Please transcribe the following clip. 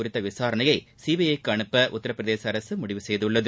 குறித்த விசாரணையை சிபிஐ க்கு அனுப்ப உத்தரப் பிரதேச அரசு முடிவு செய்துள்ளது